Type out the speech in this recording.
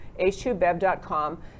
h2bev.com